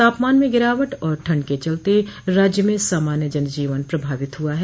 तापमान में गिरावट और ठंड के चलते राज्य में सामान्य जनजीवन प्रभावित हुआ है